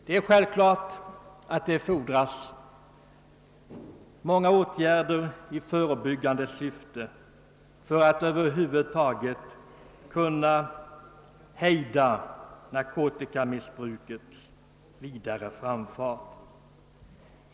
Det är självklart att det fordras många åtgärder i förebyggande syfte för att hejda narkotikamissbrukets vidare framfart.